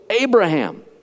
Abraham